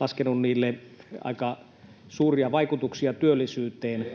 laskenut niille aika suuria vaikutuksia työllisyyteen.